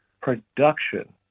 Production